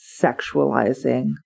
sexualizing